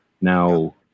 now